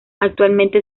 actualmente